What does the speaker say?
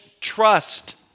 trust